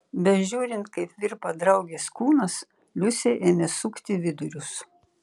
bežiūrint kaip virpa draugės kūnas liusei ėmė sukti vidurius